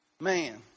Man